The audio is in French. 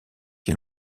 qui